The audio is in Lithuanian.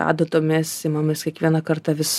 adatomis imamės kiekvieną kartą vis